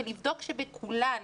ולבדוק שבכולן